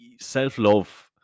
self-love